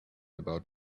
about